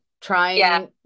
trying